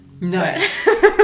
Nice